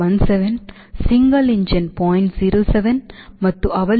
17 single engine 0